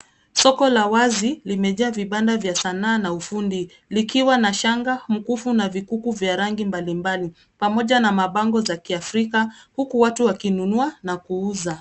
Soko la wazi limejaa vibanda vya sanaa na ufundi likiwa na shanga, mkufu na vikuku vya rangi mbalimbali pamoja na mabango za kiafrika uku watu wakinunua na kuuza.